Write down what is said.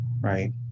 right